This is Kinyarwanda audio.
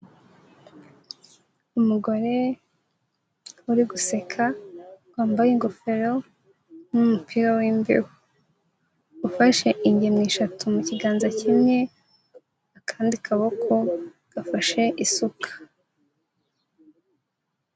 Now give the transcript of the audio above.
Umugore uri guseka wambaye ingofero n'umupira w'imbeho. Ufashe ingemwe eshatu mu kiganza kimwe, akandi kaboko gafashe isuka.